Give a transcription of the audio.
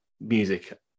music